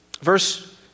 Verse